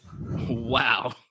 Wow